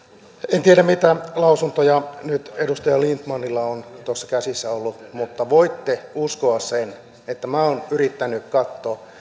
en tiedä mitä lausuntoja nyt edustaja lindtmanilla on tuossa käsissään ollut mutta voitte uskoa sen että minä olen yrittänyt katsoa